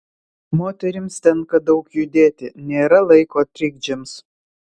moterims tenka daug judėti nėra laiko trikdžiams